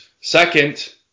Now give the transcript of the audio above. Second